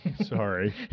Sorry